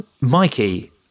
Mikey